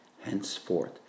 henceforth